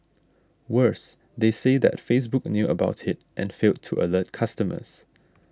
worse they say that Facebook knew about it and failed to alert customers